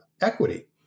equity